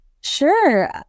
Sure